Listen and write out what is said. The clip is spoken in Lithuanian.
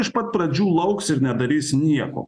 iš pat pradžių lauks ir nedarys nieko